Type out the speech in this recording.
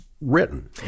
Written